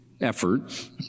effort